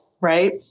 right